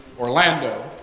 Orlando